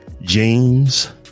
James